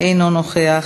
אינו נוכח.